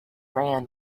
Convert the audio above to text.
ran